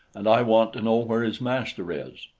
and i want to know where his master is.